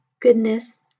goodness